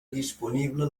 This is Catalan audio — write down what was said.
disponible